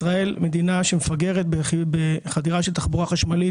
ישראל מדינה שמפגרת בחדירה של תחבורה חשמלית.